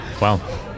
Wow